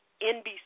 NBC